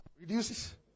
reduces